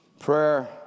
Prayer